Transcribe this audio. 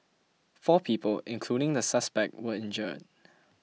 four people including the suspect were injured